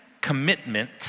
commitment